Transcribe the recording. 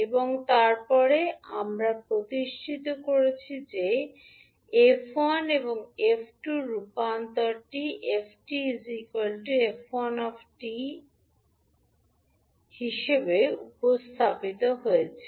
এবং তারপরে আমরা প্রতিষ্ঠিত করেছি যে 𝑓1 এবং 𝑓2 এর রূপান্তরটি 𝑓 𝑡 𝑓1 𝑡 as হিসাবে উপস্থাপিত হয়েছে 2 𝑡